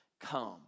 come